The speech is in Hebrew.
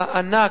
הענק,